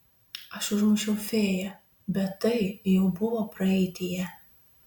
aš užmušiau fėją bet tai jau buvo praeityje